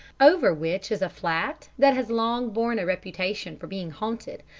over which is a flat that has long borne a reputation for being haunted,